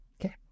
Okay